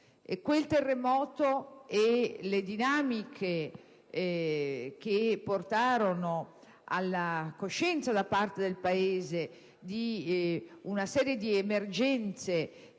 Quel terremoto e le dinamiche che portarono alla coscienza da parte del Paese di una serie di emergenze